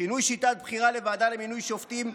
שינוי שיטת בחירה לוועדה למינוי שופטים,